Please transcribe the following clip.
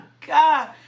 God